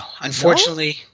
Unfortunately